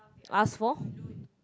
ask for